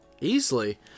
Easily